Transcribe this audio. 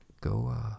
go